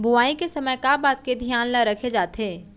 बुआई के समय का का बात के धियान ल रखे जाथे?